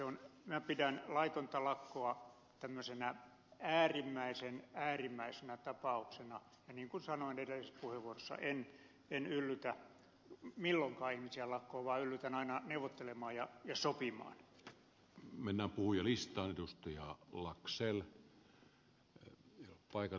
minä pidän laitonta lakkoa äärimmäisen äärimmäisenä tapauksena ja niin kuin sanoin edellisessä puheenvuorossani en yllytä milloinkaan ihmisiä lakkoon vaan yllytän aina neuvottelemaan ja sopimaan